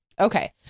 Okay